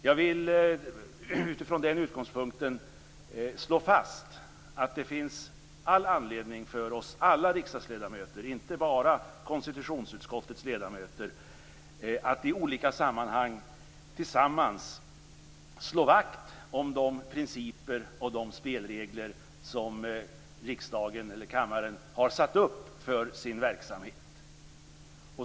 Jag vill utifrån den utgångspunkten slå fast att det finns all anledning för oss - alla riksdagsledamöter, inte bara konstitutionsutskottets ledamöter - att i olika sammanhang tillsammans slå vakt om de principer och de spelregler som riksdagen eller kammaren har satt upp för sin verksamhet.